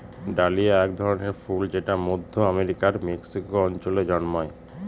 dahlia এক ধরনের ফুল যেটা মধ্য আমেরিকার মেক্সিকো অঞ্চলে জন্মায়